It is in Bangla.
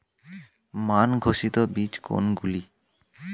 মান ঘোষিত বীজ কোনগুলি?